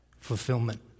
fulfillment